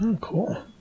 Cool